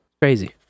Crazy